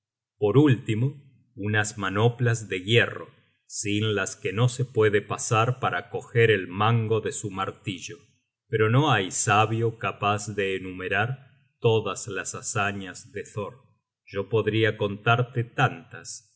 por último unas manoplas de hierro sin las que no se puede pasar para coger el mango de su martillo pero no hay sabio capaz de enumerar todas las hazañas de thor yo podria contarte tantas